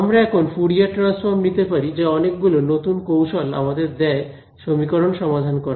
আমরা এখন Fourier transform নিতে পারি যা অনেকগুলো নতুন কৌশল আমাদের দেয় সমীকরণ সমাধান করার